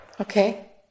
Okay